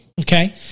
okay